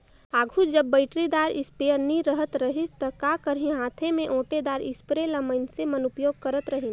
आघु जब बइटरीदार इस्पेयर नी रहत रहिस ता का करहीं हांथे में ओंटेदार इस्परे ल मइनसे मन उपियोग करत रहिन